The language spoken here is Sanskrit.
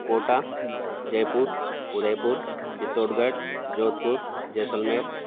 कोटा जय्पूर् उदय्पूर् चित्तोडगढ् जोध्पूर् जैसल्मेर्